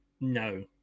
No